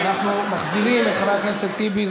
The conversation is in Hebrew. אנחנו מחזירים לדיון את חברי הכנסת טיבי,